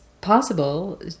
possible